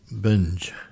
Binge